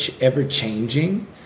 ever-changing